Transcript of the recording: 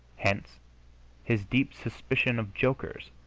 hence his deep suspicion of jokers,